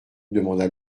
demanda